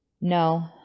no